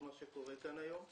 את מה שקורה כאן היום.